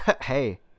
Hey